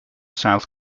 south